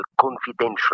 confidential